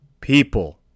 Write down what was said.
people